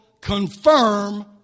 confirm